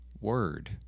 Word